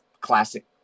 classic